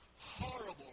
horrible